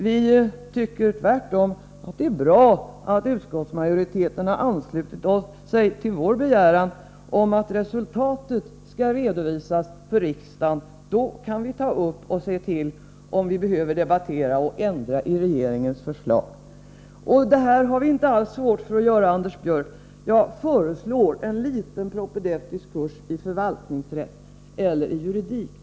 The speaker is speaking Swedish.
Vi tycker tvärtom att det är bra att utskottsmajoriteten har anslutit sig till vår begäran om att resultaten skall redovisas för riksdagen; vi kan då debattera dessa och se om vi behöver ändra i regeringens förslag. Detta har vi inte alls svårt för att göra, Anders Björck. Jag föreslår en liten propedeutisk kurs i förvaltningsrätt eller i juridik.